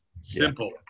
Simple